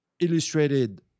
illustrated